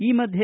ಈ ಮಧ್ಯೆ